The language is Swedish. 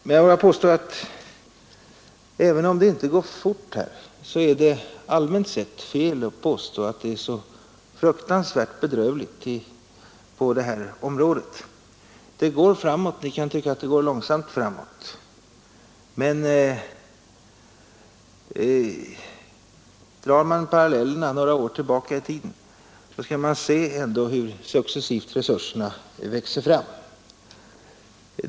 Men jag vågar hävda att det, även om det inte går snabbt på detta område, allmänt sett är fel att påstå att det är så fruktansvärt bedrövligt ställt. Det går framåt — man kan tycka att det går långsamt, men drar man paralleller några år tillbaka i tiden skall man ändå finna hur snabbt resurserna växer fram.